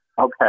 Okay